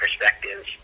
perspectives